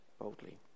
boldly